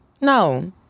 No